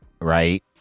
Right